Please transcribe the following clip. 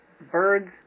birds